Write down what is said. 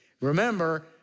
Remember